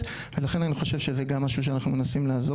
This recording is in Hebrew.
ולכן אני חושב שזה גם משהו שאנחנו מנסים לעזור בו ולסייע בו.